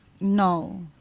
no